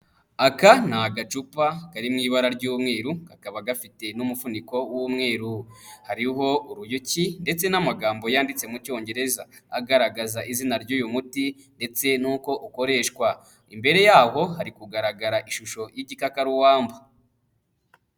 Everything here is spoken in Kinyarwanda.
Aka ni agacupa kari mu ibara ry'umweru, kakaba gafite n'umufuniko w'umweru. Hariho uruyuki ndetse n'amagambo yanditse mu cyongereza agaragaza izina ry'uyu muti ndetse n'uko ukoreshwa. Imbere yaho hari kugaragara ishusho y'igikakarubamba.